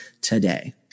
today